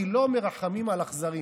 כי לא מרחמים על אכזרים.